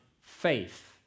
faith